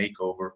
makeover